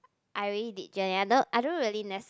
I already did I don't really nes~